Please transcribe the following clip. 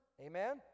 amen